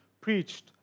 preached